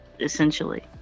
essentially